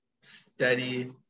steady